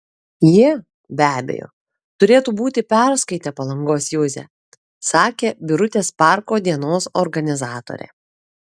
jie be abejo turėtų būti perskaitę palangos juzę sakė birutės parko dienos organizatorė